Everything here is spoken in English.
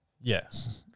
Yes